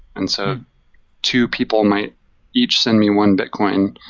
and so two people might each send me one bitcoin,